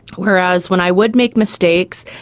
whereas when i would make mistakes,